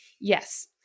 Yes